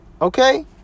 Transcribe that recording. Okay